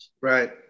Right